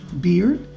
Beard